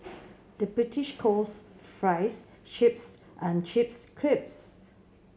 the British calls fries chips and chips crisps